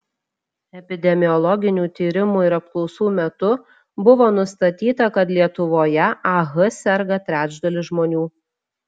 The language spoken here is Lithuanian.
epidemiologinių tyrimų ir apklausų metu buvo nustatyta kad lietuvoje ah serga trečdalis žmonių